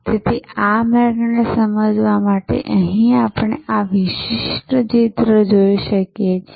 તેથી આ માર્ગને સમજવા માટે આપણે અહીં આ વિશિષ્ટ ચિત્ર જોઈ શકીએ છીએ